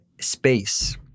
space